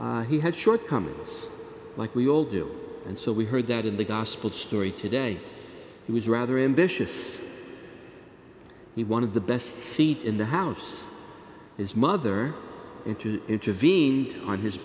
r he had shortcomings like we all do and so we heard that in the gospel story today he was rather ambitious he wanted the best seat in the house his mother and to intervene on his